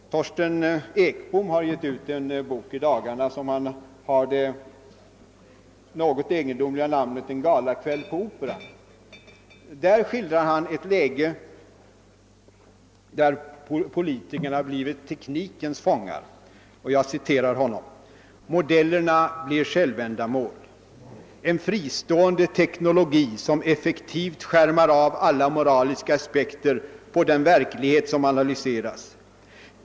Torsten Ekbom har i dagarna givit ut en bok, som har det något egendomliga namnet En galakväll på Operan. Han skildrar ett läge där politikerna blivit teknikens fångar, och jag citerar honom: »Modellerna blir självändamål, en fristående teknologi som effektivt skärmar av alla moraliska aspekter på den verklighet som analyseras.